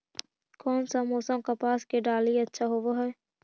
कोन सा मोसम कपास के डालीय अच्छा होबहय?